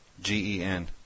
G-E-N